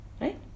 Right